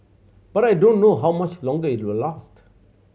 but I don't know how much longer it will last